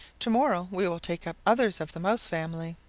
to-morrow we will take up others of the mouse family.